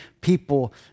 people